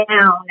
down